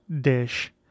dish